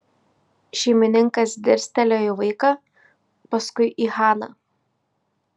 šeimininkas dirstelėjo į vaiką paskui į haną